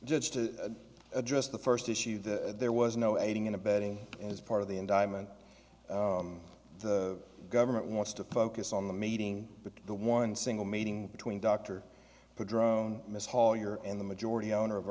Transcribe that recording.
judge to address the first issue that there was no aiding and abetting is part of the indictment the government wants to focus on the meeting but the one single meeting between dr who drone miss hall you're in the majority owner of